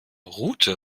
rute